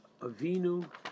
Avinu